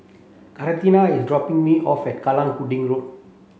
Katharina is dropping me off at Kallang Pudding Road